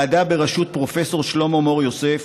הייתה ועדה בראשות פרופ' שלמה מור-יוסף,